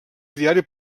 ideari